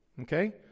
Okay